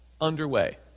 underway